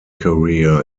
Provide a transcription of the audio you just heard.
career